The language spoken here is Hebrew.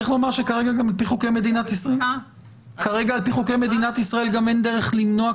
צריך לומר שכרגע גם על פי חוקי מדינת ישראל גם אין דרך כניסה.